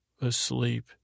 asleep